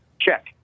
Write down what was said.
check